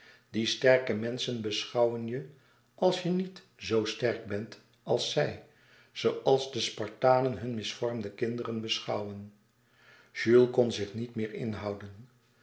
die sterke menschen beschouwen je als je niet zoo sterk bent als zij zooals de spartanen hun misvormde kinderen beschouwden jules kon zich niet meer inhouden